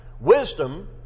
Wisdom